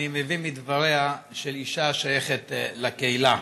מביא מדבריה של אישה השייכת לקהילה,